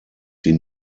sie